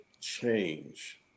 change